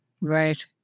Right